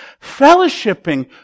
fellowshipping